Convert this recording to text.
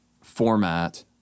format